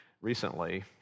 recently